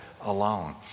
alone